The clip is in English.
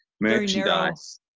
merchandise